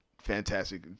fantastic